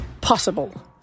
possible